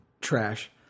trash